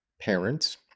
parents